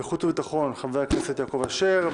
בוועדת החוץ והביטחון חבר הכנסת יעקב אשר.